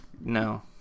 no